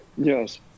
Yes